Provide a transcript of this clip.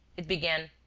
it began,